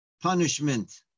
punishment